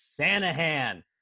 Sanahan